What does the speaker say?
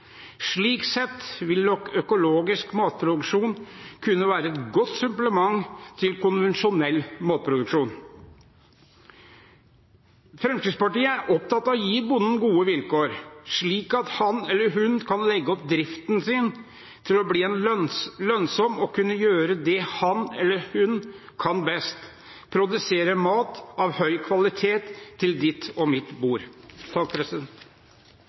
Slik sett vil nok økologisk matproduksjon kunne være et godt supplement til konvensjonell matproduksjon. Fremskrittspartiet er opptatt av å gi bonden gode vilkår, slik at han eller hun kan legge opp driften sin til å bli lønnsom og til å kunne gjøre det han eller hun kan best: produsere mat av høy kvalitet til ditt og mitt bord.